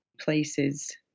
places